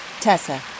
Tessa